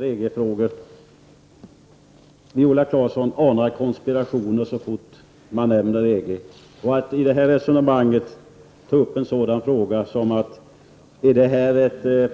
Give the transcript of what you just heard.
Herr talman! Viola Claesson anar konspirationer så fort man nämner EG. Hon frågar: Är det